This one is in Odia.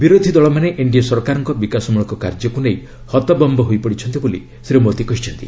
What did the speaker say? ବିରୋଧୀ ଦଳମାନେ ଏନ୍ଡିଏ ସରକାରଙ୍କ ବିକାଶମ୍ବଳକ କାର୍ଯ୍ୟକୁ ନେଇ ହତବମ୍ବ ହୋଇପଡ଼ିଛନ୍ତି ବୋଲି ଶ୍ରୀ ମୋଦି କହିଛନ୍ତି